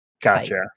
Gotcha